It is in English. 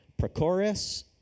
Prochorus